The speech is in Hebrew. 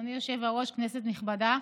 אדוני היושב-ראש, כנסת נכבדה,